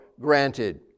granted